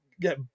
get